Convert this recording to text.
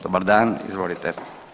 Dobar dan, izvolite.